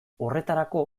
horretarako